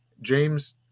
James